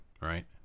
right